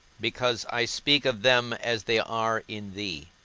because i speak of them as they are in thee,